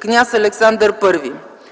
„Княз Александър І”.